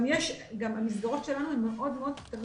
גם המסגרות שלנו הן מאוד קטנות.